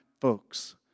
folks